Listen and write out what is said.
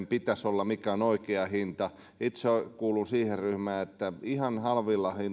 pitäisi olla mikä on oikea hinta itse kuulun siihen ryhmään että ihan halvoilla